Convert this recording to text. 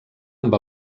amb